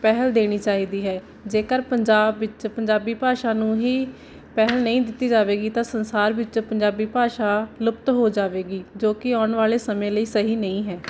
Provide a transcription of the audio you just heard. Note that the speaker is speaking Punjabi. ਪਹਿਲ ਦੇਣੀ ਚਾਹੀਦੀ ਹੈ ਜੇਕਰ ਪੰਜਾਬ ਵਿੱਚ ਪੰਜਾਬੀ ਭਾਸ਼ਾ ਨੂੰ ਹੀ ਪਹਿਲ ਨਹੀਂ ਦਿੱਤੀ ਜਾਵੇਗੀ ਤਾਂ ਸੰਸਾਰ ਵਿੱਚ ਪੰਜਾਬੀ ਭਾਸ਼ਾ ਲੁਪਤ ਹੋ ਜਾਵੇਗੀ ਜੋ ਕਿ ਆਉਣ ਵਾਲੇ ਸਮੇਂ ਲਈ ਸਹੀ ਨਹੀਂ ਹੈ